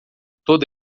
toda